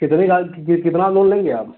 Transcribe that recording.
कितनी डाल कितना लोन लेंगे आप